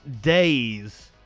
days